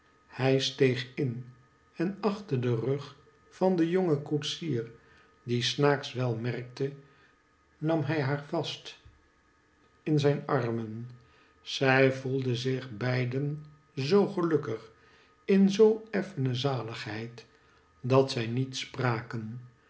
hij steeg in en achter den rug van den jongen koetsier die snaaks wel merkte nam hij haar vast in zijn armen zij voelden zich beiden zoo gelukkig in zoo effene zaligheid dat zij niet spraken